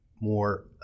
More